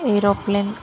aeroplane